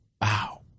Wow